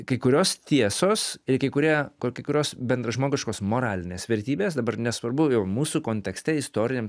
kai kurios tiesos ir kai kurie kai kurios bendražmogiškos moralinės vertybės dabar nesvarbu jau mūsų kontekste istoriniam